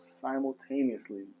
simultaneously